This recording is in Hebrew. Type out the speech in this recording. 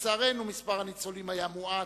לצערנו מספר הניצולים היה מועט,